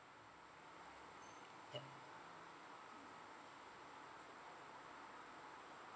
at